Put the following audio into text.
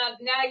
now